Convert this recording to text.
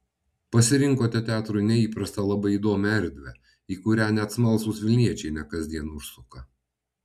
pasirinkote teatrui neįprastą labai įdomią erdvę į kurią net smalsūs vilniečiai ne kasdien užsuka